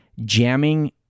jamming